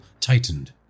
tightened